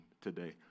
today